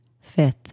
fifth